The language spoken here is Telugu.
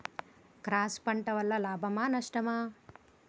క్రాస్ పంట వలన లాభమా నష్టమా?